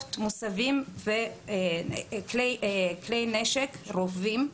איירסופט מוסבים וכלי נשק, רובים.